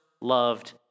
loved